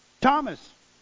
Thomas